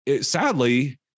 sadly